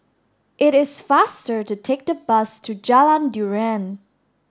it is faster to take the bus to Jalan durian